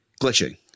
glitching